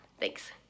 Thanks